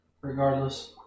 Regardless